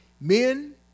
Men